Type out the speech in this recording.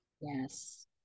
yes